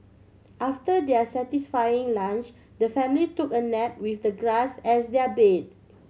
after their satisfying lunch the family took a nap with the grass as their bed